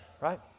right